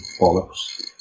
bollocks